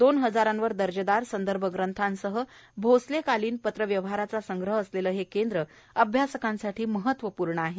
दोन हजारांवर दर्जेदार संदर्भ ग्रंथांसह भोसलेकलीन पत्र व्यवहाराचा संग्रह असलेले हे केंद्र अभ्यासकांसाठी महत्वाचे आहे